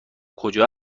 کجا